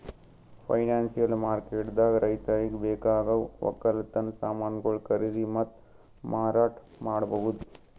financial ಮಾರ್ಕೆಟ್ದಾಗ್ ರೈತರಿಗ್ ಬೇಕಾಗವ್ ವಕ್ಕಲತನ್ ಸಮಾನ್ಗೊಳು ಖರೀದಿ ಮತ್ತ್ ಮಾರಾಟ್ ಮಾಡ್ಬಹುದ್